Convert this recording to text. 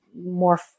more